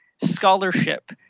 scholarship